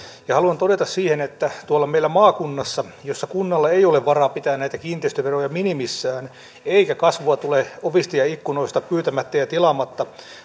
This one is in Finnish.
haluan todeta siihen että tuolla meillä maakunnassa missä kunnalla ei ole varaa pitää näitä kiinteistöveroja minimissään eikä kasvua tule ovista ja ja ikkunoista pyytämättä ja tilaamatta